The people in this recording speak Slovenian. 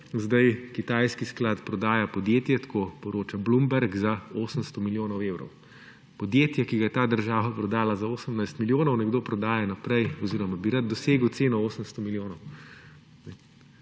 zdaj kitajski sklad prodaja podjetje, tako poroča Bloomberg, za 800 milijonov evrov. Podjetje, ki ga je ta država prodala za 18 milijonov, nekdo prodaja naprej oziroma bi rad dosegal ceno 800 milijonov.